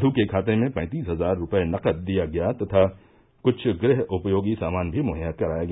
Q के खाते में पैंतीस हजार रुपये नकद दिया गया तथा कुछ गृह उपयोगी सामान भी मुहैय्या कराया गया